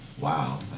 Wow